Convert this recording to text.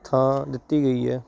ਥਾਂ ਦਿੱਤੀ ਗਈ ਹੈ